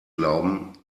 glauben